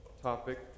topic